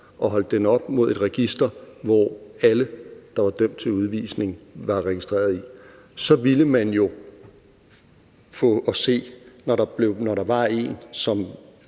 og holdt det op imod et register, som alle, der var dømt til udvisning, var registreret i, så ville man jo få det at se, når der var en, som